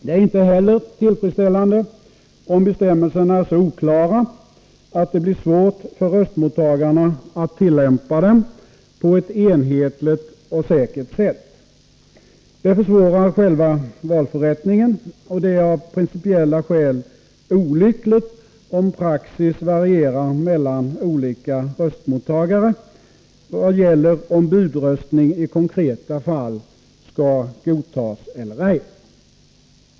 Det är inte heller tillfredsställande om bestämmelserna är så oklara att det blir svårt för röstmottagarna att tillämpa dem på ett enhetligt och säkert sätt. Det försvårar själva valförrättningen och det är av principiella skäl olyckligt om praxis varierar mellan olika röstmottagare vad gäller om budröstning i konkreta fall skall godtas eller ej.